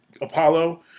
Apollo